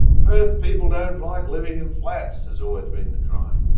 perth people don't like living in flats has always been the cry,